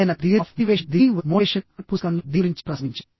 ఆయన తన theory of motivation అనే పుస్తకంలో దీని గురించి ప్రస్తావించారు